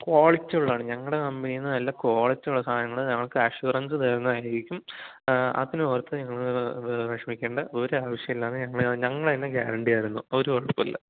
ക്വാളിറ്റിയുള്ളതാണ് ഞങ്ങളുടെ കമ്പനിയിൽ നിന്ന് നല്ല ക്വാളിറ്റിയുള്ള സാധനങ്ങൾ നിങ്ങൾക്ക് അഷൂറൻസ് തരുന്നതായിരിക്കും അതിനെ ഓർത്ത് നിങ്ങൾ വിഷമിക്കേണ്ട ഒരാവശ്യമില്ലാതെ ഞങ്ങൾ ഞങ്ങൾ തന്നെ ഗ്യാരൻറ്റി തരുന്നു ഒരു കുഴപ്പമില്ല